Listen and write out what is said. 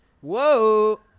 Whoa